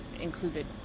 included